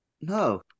No